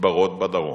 מדברות בדרום.